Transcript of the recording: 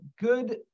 good